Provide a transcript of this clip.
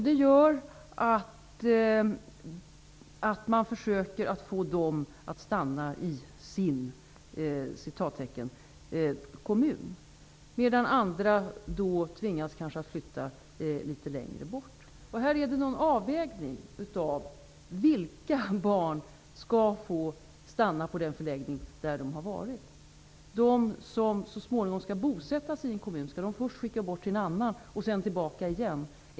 Det gör att man försöker få dem att stanna i ''sin'' kommun, medan andra kanske tvingas att flytta litet längre bort. Här handlar det om en avvägning i fråga om vilka barn som skall få stanna på den förläggning som de har varit på. Skall de som så småningom skall bosätta sig i en kommun först skickas bort till en annan kommun, för att därefter skickas tillbaka igen?